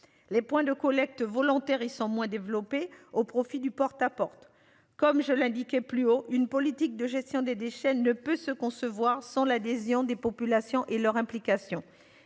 Les points de collecte volontaire et sont moins développés au profit du porte à porte comme je l'indiquais plus haut, une politique de gestion des déchets ne peut se concevoir sans l'adhésion des populations et leur implication.